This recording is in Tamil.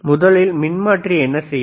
முதலில் மின்மாற்றி என்ன செய்யும்